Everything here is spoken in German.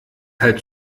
halb